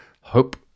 Hope